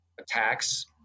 attacks